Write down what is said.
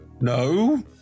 no